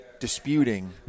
Disputing